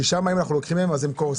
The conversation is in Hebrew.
כי שם אם אנחנו לוקחים להם אז הם קורסים.